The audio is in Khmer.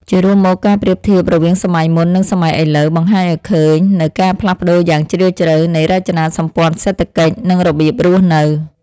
ជារួមមក ការប្រៀបធៀបរវាងសម័យមុន និងសម័យឥឡូវ បង្ហាញឱ្យឃើញនូវការផ្លាស់ប្តូរយ៉ាងជ្រាលជ្រៅនៃរចនាសម្ព័ន្ធសេដ្ឋកិច្ច និងរបៀបរស់នៅ។